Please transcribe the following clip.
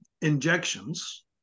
injections